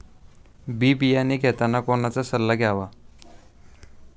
बी बियाणे घेताना कोणाचा सल्ला घ्यावा?